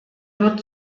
wird